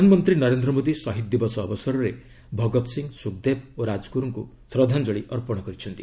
ପ୍ରଧାନମନ୍ତ୍ରୀ ନରେନ୍ଦ୍ର ମୋଦୀ ଶହୀଦ ଦିବସ ଅବସରରେ ଭଗତ ସିଂ ସୁଖଦେବ ଓ ରାଜଗୁରୁଙ୍କୁ ଶ୍ରଦ୍ଧାଞ୍ଜଳି ଅର୍ପଣ କରିଛନ୍ତି